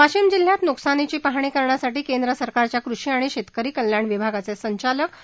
वाशिम जिल्ह्यात नुकसानीची पाहणी करण्यासाठी केंद्र सरकारच्या कृषि आणि शेतकरी कल्याण विभागाचे संचालक डॉ